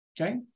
Okay